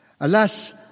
Alas